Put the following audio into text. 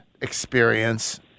experience